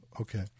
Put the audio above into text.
Okay